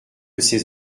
ces